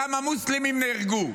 כמה מוסלמים נהרגו.